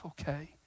okay